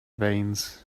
veins